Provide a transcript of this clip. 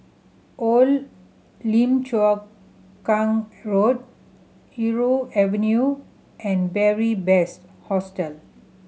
Old Lim Chu Kang Road Irau Avenue and Beary Best Hostel